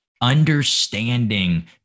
understanding